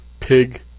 pig